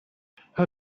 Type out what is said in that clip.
how